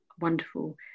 wonderful